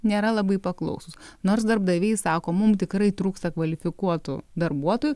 nėra labai paklausūs nors darbdaviai sako mum tikrai trūksta kvalifikuotų darbuotojų